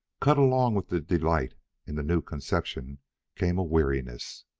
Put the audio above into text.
cut along with the delight in the new conception came a weariness.